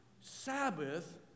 Sabbath